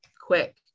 quick